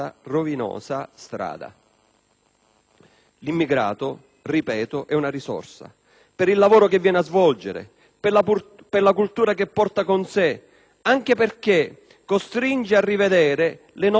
L'immigrato - ripeto - è una risorsa, per il lavoro che viene a svolgere, per la cultura che porta con sé, anche perché costringe a rivedere le nostre assopite identità